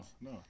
no